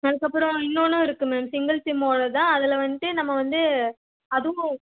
அதுக்கப்புறம் இன்னொன்னும் இருக்குது மேம் சிங்கிள் சிம்மோடயது தான் அதில் வந்துட்டு நம்ம வந்து அதுவும்